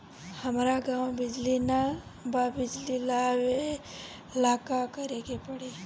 हमरा गॉव बिजली न बा बिजली लाबे ला का करे के पड़ी?